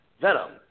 Venom